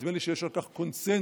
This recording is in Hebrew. נדמה לי שיש על כך קונסנזוס,